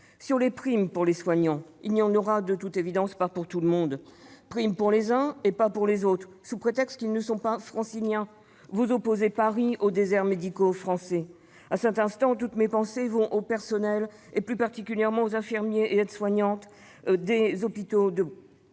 aux primes pour les soignants, il n'y en aura de toute évidence pas pour tout le monde. Primes pour les uns, mais pas pour les autres, sous prétexte qu'ils ne sont pas franciliens : vous opposez Paris aux déserts médicaux français ! À cet instant, toutes mes pensées vont aux personnels, et plus particulièrement aux infirmiers et aux aides-soignants, des hôpitaux de